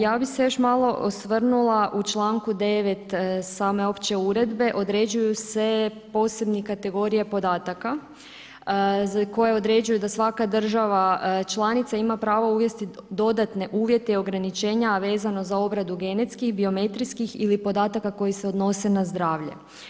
Ja bi se još malo osvrnula u članku 9. same opće uredbe, određuju se posebni kategorije podataka koje određuje da svaka država članica ima pravo uvesti dodatne uvjete i ograničenja, a vezano za obradu genetskih, biometrijskih ili podataka koji se odnose na zdravlje.